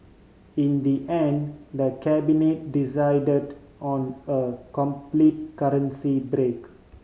in the end the Cabinet decided on a complete currency break